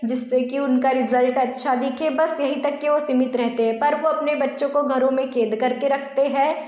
जिससे कि उनका रिजल्ट अच्छा दिखें बस यही तक वह सीमित रहते हैं पर वह अपने बच्चों को घरों में कैद कर के रखते हैं